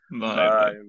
Bye